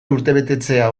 urtebetetzea